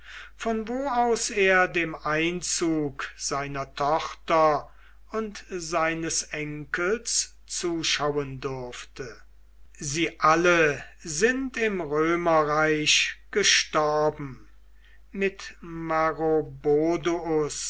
von wo aus er dem einzug seiner tochter und seines enkels zuschauen durfte sie alle sind im römerreich gestorben mit